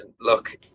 look